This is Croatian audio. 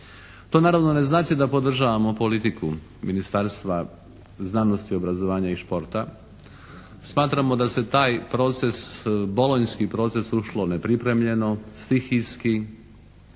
To naravno ne znači da podržavamo politiku Ministarstva znanosti, obrazovanja i športa. Smatramo da se u taj proces, bolonjski proces ušlo nepripremljeno, stihijski